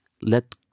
Let